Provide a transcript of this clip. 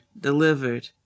delivered